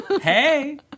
hey